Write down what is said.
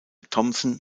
thomson